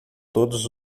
todos